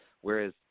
whereas